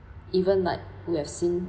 even like who have seen